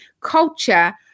culture